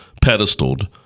pedestaled